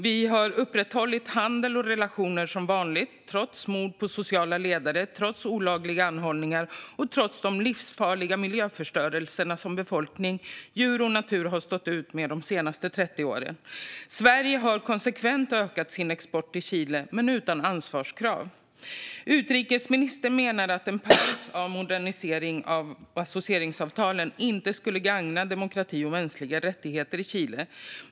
Vi har upprätthållit handel och relationer som vanligt trots mord på sociala ledare, olagliga anhållanden och livsfarliga miljöförstörelser som befolkning, djur och natur har fått stå ut med de senaste 30 åren. Sverige har utan ansvarskrav konsekvent ökat sin export till Chile. Utrikesministern menar att en paus i moderniseringen av associeringsavtalet inte skulle gagna demokrati och mänskliga rättigheter i Chile.